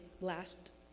last